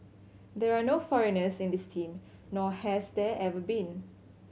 there are no foreigners in this team nor has there ever been